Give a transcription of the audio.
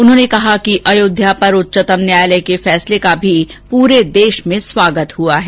उन्होंने कहा कि अयोध्या पर उच्चतम न्यायालय के फैसले का भी पूरे देश में स्वागत हुआ है